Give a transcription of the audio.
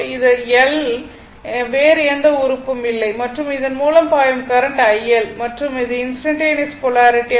இது L வேறு எந்த உறுப்பும் இல்லை மற்றும் இதன் மூலம் பாயும் கரண்ட் iL மற்றும் அது இன்ஸ்டன்டனியஸ் போலாரிட்டி ஆகும்